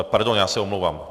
Pardon, já se omlouvám.